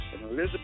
Elizabeth